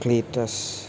Cletus